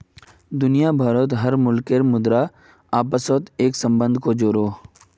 दुनिया भारोत हर मुल्केर मुद्रा अपासोत एक सम्बन्ध को जोड़ोह